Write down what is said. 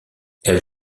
elle